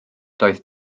doedd